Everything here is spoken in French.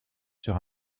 sur